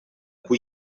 cui